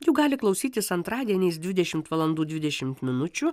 jų gali klausytis antradieniais dvidešimt valandų dvidešimt minučių